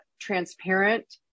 transparent